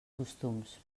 costums